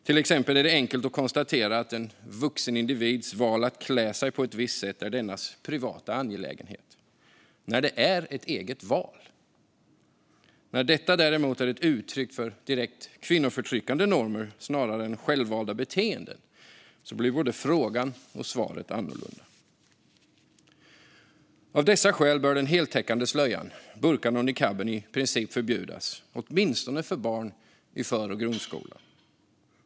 Till exempel är det enkelt att konstatera att en vuxen individs val att klä sig på ett visst sätt är dennes privata angelägenhet, när det är ett eget val. När detta däremot är ett uttryck för direkt kvinnoförtryckande normer, snarare än självvalda beteenden, blir både frågan och svaret annorlunda. Av dessa skäl bör den heltäckande slöjan - burkan och niqaben - i princip förbjudas, åtminstone för barn i för och grundskola.